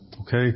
okay